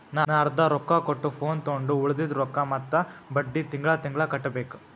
ನಾ ಅರ್ದಾ ರೊಕ್ಕಾ ಕೊಟ್ಟು ಫೋನ್ ತೊಂಡು ಉಳ್ದಿದ್ ರೊಕ್ಕಾ ಮತ್ತ ಬಡ್ಡಿ ತಿಂಗಳಾ ತಿಂಗಳಾ ಕಟ್ಟಬೇಕ್